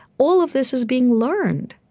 all of this is being learned.